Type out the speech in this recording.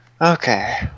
Okay